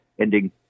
ending